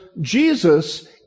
Jesus